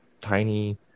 tiny